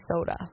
soda